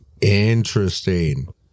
Interesting